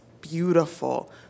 beautiful